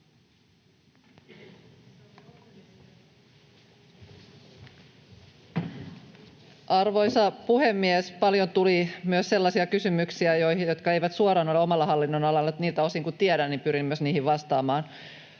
Arvoisa puhemies! Paljon tuli myös sellaisia kysymyksiä, jotka eivät suoraan ole omalle hallinnonalalle, mutta niiltä osin kuin tiedän, pyrin myös niihin vastaamaan.